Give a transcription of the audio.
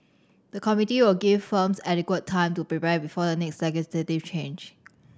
the committee will give firms adequate time to prepare before the next legislative change